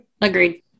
Agreed